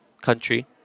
country